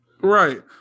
right